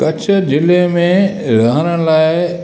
कझु जिले में रहण लाइ